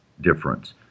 difference